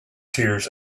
tears